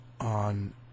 on